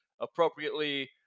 appropriately